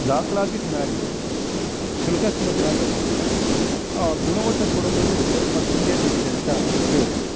ದಾಖಲಾತಿ ಚೆನ್ನಾಗಿದೆ ಶುಲ್ಕ ತುಂಬ ಚೆನ್ನಾಗಿ ತೊಗೊಳ್ತಾರೆ ಗುಣಮಟ್ಟ ಕೊಡೋದರಲ್ಲಿ ಸ್ವಲ್ಪ ಹಿಂದೇಟು ಬಿದ್ದಿದೆ ಅಂತ ಹೇಳ್ಬೋದು